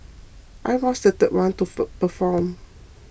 I was the one to perform